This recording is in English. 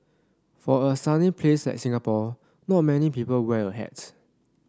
for a sunny place like Singapore not many people wear a hat